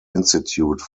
institute